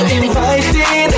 inviting